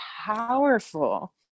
powerful